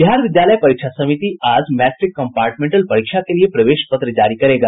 बिहार विद्यालय परीक्षा समिति आज मैट्रिक कंपार्टमेंटल परीक्षा के लिए प्रवेश पत्र जारी करेगा